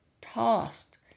tossed